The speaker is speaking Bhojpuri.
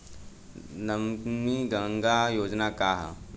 नमामि गंगा योजना का ह?